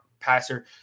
passer